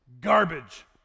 Garbage